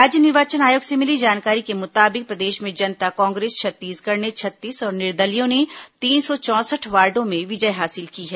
राज्य निर्वाचन आयोग से मिली जानकारी के मुताबिक प्रदेश में जनता कांग्रेस छत्तीसगढ़ ने छत्तीस और निर्दलियों ने तीन सौ चौंसठ वार्डो में विजय हासिल की है